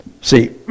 See